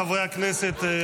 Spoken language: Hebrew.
חברי הכנסת,